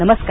नमस्कार